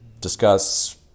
Discuss